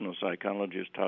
psychologist